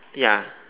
ya